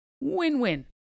Win-win